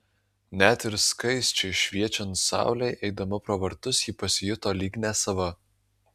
net ir skaisčiai šviečiant saulei eidama pro vartus ji pasijuto lyg nesava